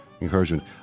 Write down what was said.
encouragement